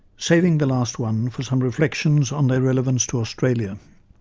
saving the last one for some reflections on their relevance to australia.